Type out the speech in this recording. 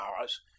hours